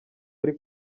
ari